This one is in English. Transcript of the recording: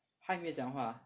他有没有讲话